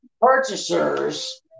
purchasers